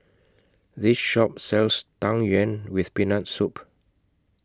This Shop sells Tang Yuen with Peanut Soup